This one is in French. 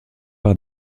par